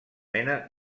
mena